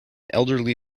elderly